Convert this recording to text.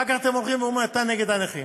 ואחר כך אתם הולכים ואומרים: אתה נגד הנכים.